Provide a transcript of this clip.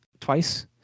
twice